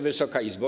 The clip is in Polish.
Wysoka Izbo!